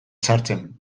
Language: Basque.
sartzen